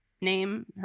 Name